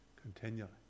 continually